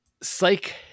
psych